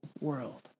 world